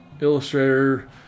illustrator